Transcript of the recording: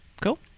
Cool